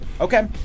Okay